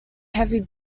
heavy